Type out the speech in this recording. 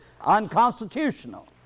unconstitutional